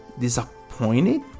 disappointed